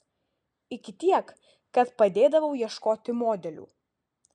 iki tiek kad padėdavau ieškoti modelių